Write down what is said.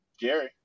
Jerry